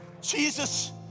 Jesus